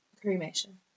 cremation